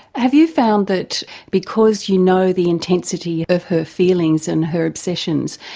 have you found that because you know the intensity of her feelings and her obsessions,